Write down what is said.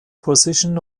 positions